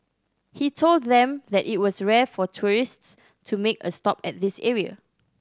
he told them that it was rare for tourists to make a stop at this area